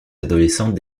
adolescents